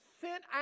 sent